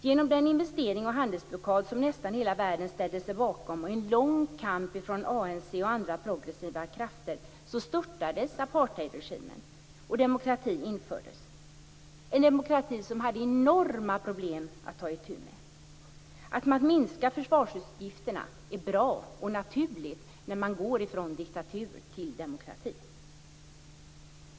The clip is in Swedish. Genom den investerings och handelsblockad som nästan hela världen ställde sig bakom och en lång kamp från ANC och andra progressiva krafter störtades apartheidregimen, och demokrati infördes, en demokrati som hade enorma problem att ta itu med. Att man minskar försvarsutgifterna är bra och naturligt när man går från diktatur till demokrati.